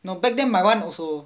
no back then my [one] also